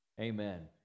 Amen